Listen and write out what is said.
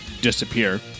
disappear